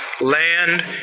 land